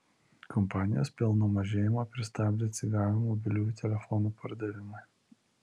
kompanijos pelno mažėjimą pristabdė atsigavę mobiliųjų telefonų pardavimai